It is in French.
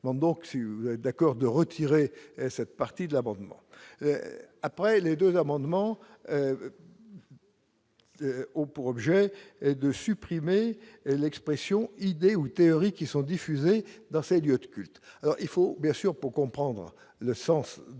donc si vous êtes d'accord de retirer cette partie de l'abonnement après les 2 amendements. Oh pour objet de supprimer l'expression vidéo théories qui sont diffusés dans ces lieux de culte, alors il faut bien sûr pour comprendre le sens de l'avis de